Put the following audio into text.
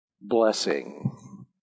blessing